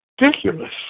ridiculous